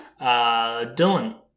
dylan